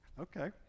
Okay